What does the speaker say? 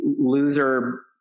loser